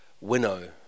winnow